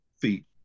feet